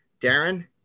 Darren